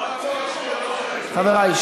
חברי,